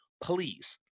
please